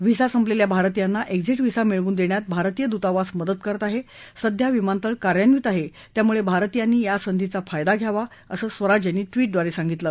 visa संपलेल्या भारतीयांना exit visa मिळवून देण्यात भारतीय दूतावास मदत करत आहे सध्या विमानतळ कार्यानिव्त आहे त्यामुळे भारतीयांनी या संधीचा फायदा घ्यावा असं स्वराज यांनी ट्विटद्वारे सांगितलं